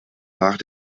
nach